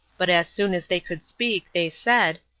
but as soon as they could speak they said,